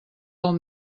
del